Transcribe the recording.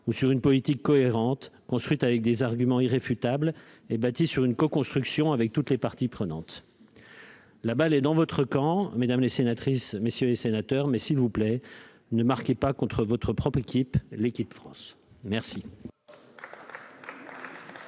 ou sur une politique cohérente, construite avec des arguments irréfutables et bâtie sur une coconstruction avec toutes les parties prenantes ? La balle est dans votre camp, mesdames, messieurs les sénateurs ; s'il vous plaît, ne marquez pas contre votre propre équipe, l'équipe France !